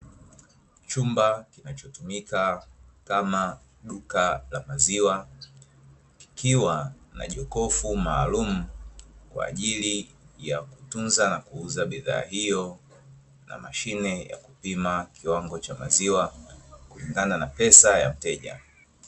Chumba kinachotumika kama duka la maziwa kikiwa na jokofu maalumua kwa ajili ya kutunza na kuuza bidhaa hiyo na mashine ya kupima kiwango cha maziwa kulingana na pesa ya mteja.